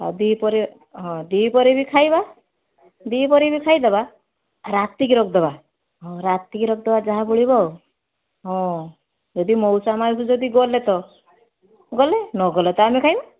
ଆଉ ଦ୍ୱିପହରେ ହଁ ଦ୍ୱିପହରେ ବି ଖାଇବା ଦ୍ୱିପହରେ ବି ଖାଇଦେବା ରାତିକି ରଖିଦେବା ହଁ ରାତିକି ରଖିଦେବା ଯାହା ବଳିବ ଆଉ ହଁ ଯଦି ମଉସା ମାଉସୀ ଯଦି ଗଲେ ତ ଗଲେ ନ ଗଲେ ତ ଆମେ ଖାଇବା